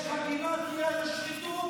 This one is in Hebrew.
יש לך גימטרייה לשחיתות?